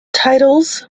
titles